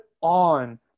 on